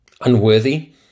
Unworthy